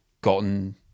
gotten